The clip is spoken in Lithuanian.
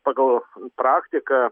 pagal praktiką